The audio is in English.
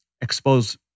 expose